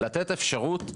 ולתת אפשרות,